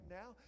now